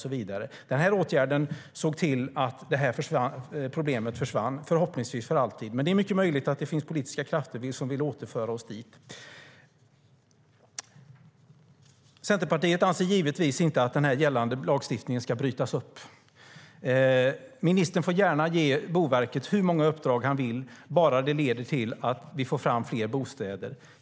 Ministern får gärna ge Boverket hur många uppdrag han vill, bara det leder till att vi får fram fler bostäder.